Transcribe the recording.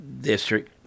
district